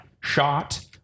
shot